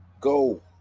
go